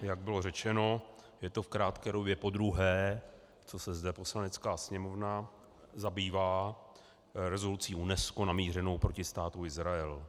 Jak bylo řečeno, je to v krátké době podruhé, co se zde Poslanecká sněmovna zabývá rezolucí UNESCO namířenou proti Státu Izrael.